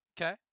Okay